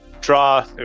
draw